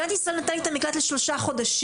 והם אומרים שמדינת ישראל נתנה להם את המקלט לשלושה חודשים